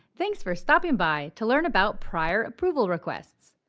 thanks for stopping by to learn about prior approval requests!